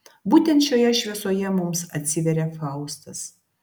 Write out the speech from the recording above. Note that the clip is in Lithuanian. būtent šioje šviesoje mums atsiveria faustas